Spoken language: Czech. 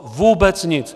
Vůbec nic.